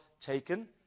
taken